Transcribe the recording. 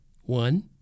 one